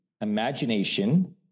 imagination